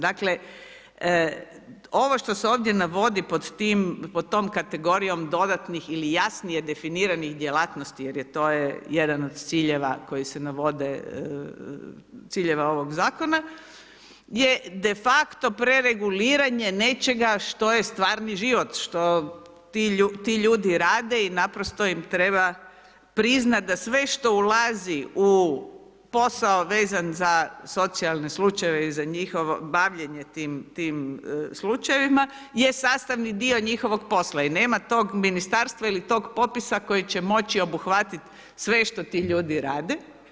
Dakle ovo što se ovdje navodi pod tom kategorijom dodatnih ili jasnije definiranih djelatnosti jer to je jedan od ciljeva koji se navode, ciljeva ovog zakona je defacto prereguliranje nečega što je stvarni život, što ti ljudi rade i naprosto im treba priznati da sve što ulazi u posao vezan za socijalne slučajeve i za njihovo bavljenje tim slučajevima je sastavni dio njihovog posla i nema tog ministarstva ili tog popisa koji će moći obuhvatiti sve što ti ljudi rade.